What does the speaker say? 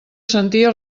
sentia